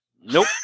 Nope